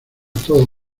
todas